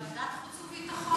ועדת חוץ וביטחון.